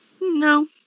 no